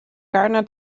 gardener